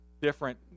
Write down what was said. different